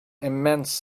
immense